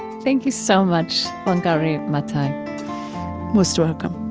thank you so much, wangari maathai most welcome